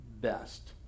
best